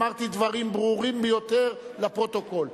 אמרתי דברים ברורים ביותר לפרוטוקול.